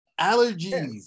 Allergies